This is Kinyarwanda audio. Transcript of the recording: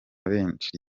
benshi